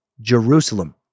Jerusalem